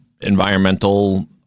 environmental